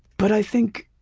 but i think